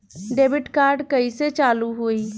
Debit card कइसे चालू होई?